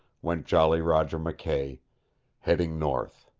went jolly roger mckay heading north.